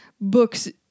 Books